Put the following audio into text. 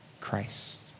Christ